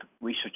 Research